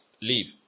leave